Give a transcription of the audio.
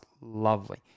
Lovely